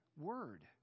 word